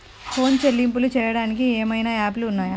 Phone చెల్లింపులు చెయ్యటానికి ఏవైనా యాప్లు ఉన్నాయా?